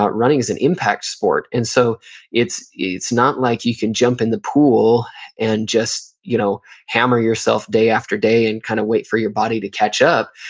running is an impact sport, and so it's it's not like you can jump in the pool and just you know hammer yourself day after day and kind of wait for your body to catch up.